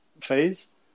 phase